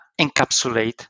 encapsulate